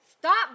Stop